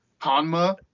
Hanma